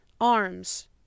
arms